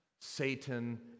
Satan